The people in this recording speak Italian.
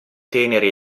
teneri